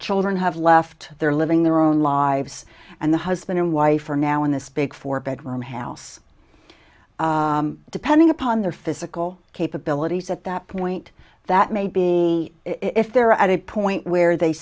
children have left their living their own lives and the husband and wife are now in this big four bedroom house depending upon their physical capabilities at that point that may be if they're at a point where they